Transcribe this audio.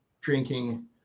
drinking